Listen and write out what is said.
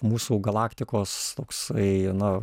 mūsų galaktikos toksai na